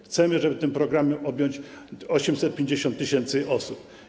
Chcemy tym programem objąć 850 tys. osób.